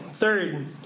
Third